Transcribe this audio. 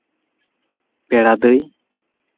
ᱯᱮᱲᱟ ᱫᱟᱹᱭ